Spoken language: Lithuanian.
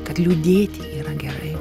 kad liūdėti yra gerai